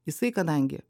jisai kadangi